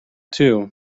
too